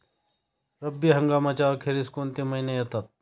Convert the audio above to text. रब्बी हंगामाच्या अखेरीस कोणते महिने येतात?